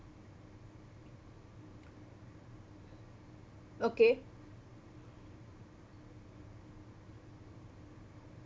okay